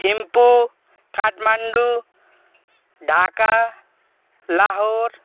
Thimphu Kathmandu Dhaka Lahore